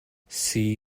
see